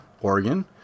Oregon